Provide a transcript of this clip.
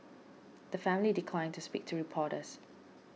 the family declined to speak to reporters